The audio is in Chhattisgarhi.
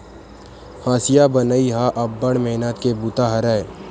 हँसिया बनई ह अब्बड़ मेहनत के बूता हरय